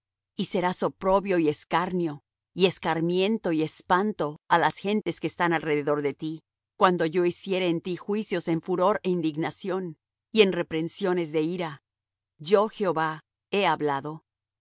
y serás oprobio y escarnio y escarmiento y espanto á las gentes que están alrededor de ti cuando yo hiciere en ti juicios en furor é indignación y en reprensiones de ira yo jehová he hablado